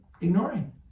ignoring